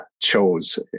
chose